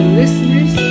listeners